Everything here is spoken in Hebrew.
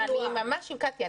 אני ממש עם קטי.